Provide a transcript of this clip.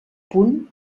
punt